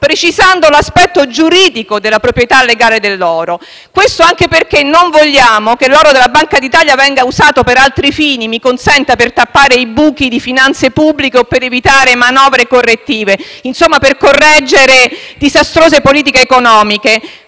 precisando l'aspetto giuridico della proprietà legale dell'oro. Questo anche perché non vogliamo che l'oro della Banca d'Italia venga usato per altri fini, ovvero - mi consenta - per tappare i buchi di finanze pubbliche o per evitare manovre correttive, insomma, per correggere disastrose politiche economiche.